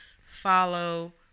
follow